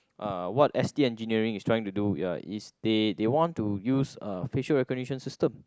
uh what S_T engineering is trying to do uh is they they want to use uh facial recognition system